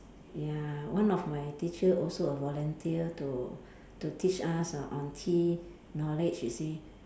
ya one of my teacher also a volunteer to to teach us on on tea knowledge you see